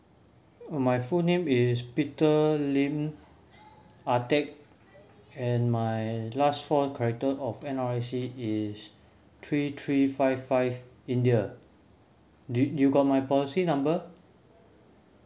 my full name is peter lim ah teck and my last four character of N_R_I_C is three three five five india do you you got my policy number